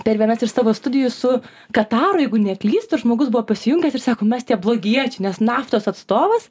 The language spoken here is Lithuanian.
per vienas iš savo studijų su kataru jeigu neklystu žmogus buvo pasijungęs ir sako mes tie blogiečiai nes naftos atstovas